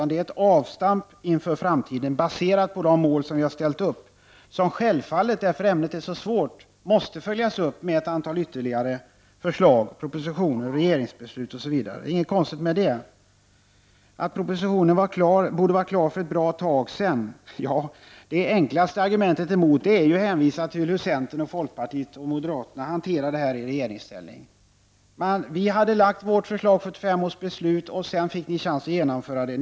Det är ett avstamp inför framtiden baserat på de mål som vi ställt upp. Eftersom ämnet är så svårt måste detta självfallet följas upp med ett antal ytterligare förslag, propositioner, regeringsbeslut osv. Det är inget konstigt med detta. Det sades att propositionen borde ha varit klar för ett bra tag sedan. Det enklaste argumentet mot detta är att hänvisa till hur centern, folkpartiet och moderata samlingspartiet hanterade den här frågan i regeringsställning. Vi hade lagt fram vårt förslag, och riksdagen fattade beslut år 1975. Sedan fick ni chans att genomföra det beslutet.